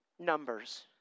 numbers